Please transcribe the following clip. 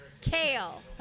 Kale